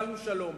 קיבלנו שלום.